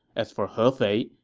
as for hefei,